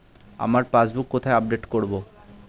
আমার পাসবুক কোথায় আপডেট করব?